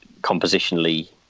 compositionally